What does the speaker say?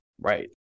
Right